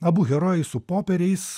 abu herojai su popieriais